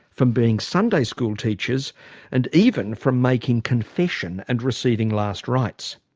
from being sunday school teachers and even from making confession and receiving last rites.